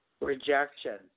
rejection